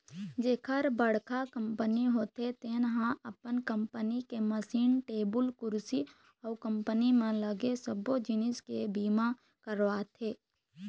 जेखर बड़का कंपनी होथे तेन ह अपन कंपनी के मसीन, टेबुल कुरसी अउ कंपनी म लगे सबो जिनिस के बीमा करवाथे